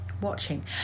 watching